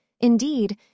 Indeed